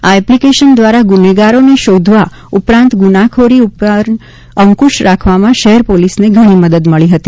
આ એપ્લિકેશન દ્વારા ગ્રનેગારોને શોધવા ઉપરાંત ગ્રનાખોરી ઉપર અંકુશ રાખવામાં શહેર પોલીસને ઘણી મદદ મળી હતી